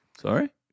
Sorry